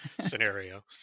scenario